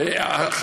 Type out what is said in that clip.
שירת נשים,